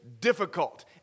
difficult